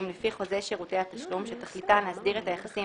לפי חוזה שירותי התשלום שתכליתן להסדיר את היחסים